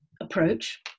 approach